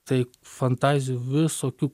tai fantazijų visokių